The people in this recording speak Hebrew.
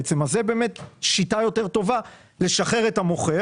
זאת שיטה יותר טובה לשחרר את המוכר.